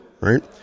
right